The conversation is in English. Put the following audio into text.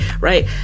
right